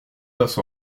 passe